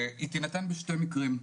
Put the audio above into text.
היא תינתן בשני מקרים.